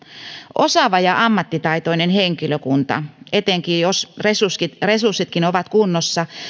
osaava ja ammattitaitoinen henkilökunta etenkin jos resurssitkin ovat kunnossa